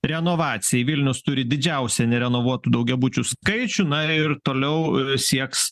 renovacijai vilnius turi didžiausią nerenovuotų daugiabučių skaičių na ir toliau sieks